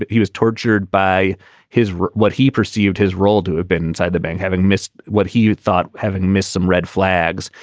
he was tortured by his what he perceived his role to have been inside the bank, having missed what he thought, having missed some red flags,